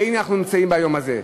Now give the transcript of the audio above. והנה אנחנו נמצאים ביום הזה.